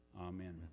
Amen